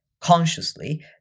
consciously